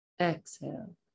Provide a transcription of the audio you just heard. Exhale